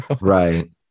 Right